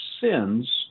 sins